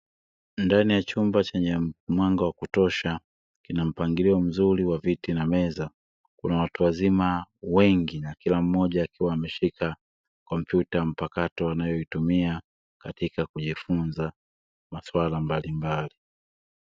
Ndani ya chumba chenye mwanga wa kutosha, kina mpangilio mzuri wa viti na meza kuna watu wazima wengi na kila mmoja akiwa ameshika kompyuta mpakato anayoitumia katika kujifunza masuala mbalimbali.